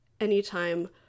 anytime